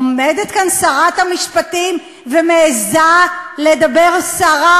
עומדת כאן שרת המשפטים ומעזה לדבר סרה